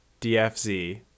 dfz